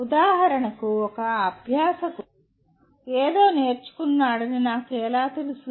ఉదాహరణకు ఒక అభ్యాసకుడు ఏదో నేర్చుకున్నాడని నాకు ఎలా తెలుసు